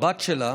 לבת שלה